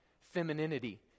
femininity